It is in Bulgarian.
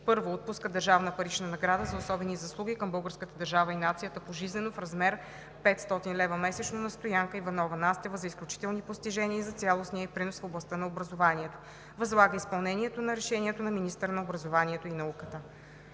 1. Отпуска държавна парична награда за особени заслуги към българската държава и нацията пожизнено в размер 500 лв. месечно на Стоянка Иванова Настева за изключителни постижения и за цялостния ѝ принос в областта на образованието. 2. Възлага изпълнението на решението на министъра на образованието и науката.“